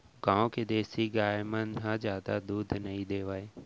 गॉँव के देसी गाय मन ह जादा दूद नइ देवय